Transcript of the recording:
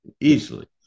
Easily